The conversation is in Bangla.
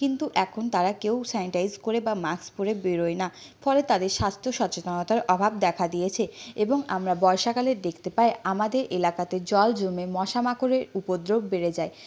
কিন্তু এখন তারা কেউ স্যানিটাইজ করে বা মাস্ক পরে বেরোয় না ফলে তাদের স্বাস্থ্য সচেতনতার অভাব দেখা দিয়েছে এবং আমরা বর্ষাকালে দেখতে পাই আমাদের এলাকাতে জল জমে মশা মাকড়ের উপদ্রব বেড়ে যায়